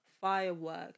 Firework